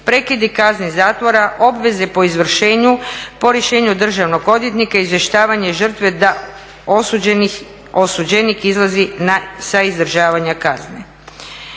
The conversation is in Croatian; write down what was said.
prekidi kazne zatvora, obveze po izvršenju i po rješenju državnog odvjetnika, izvještavanje žrtve da osuđenik izlazi sa izdržavanja kazne